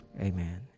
Amen